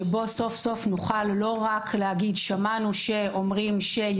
שבו סוף סוף נוכל לא רק להגיד: שמענו שאומרים ש-,